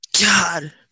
God